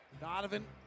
Donovan